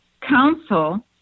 Council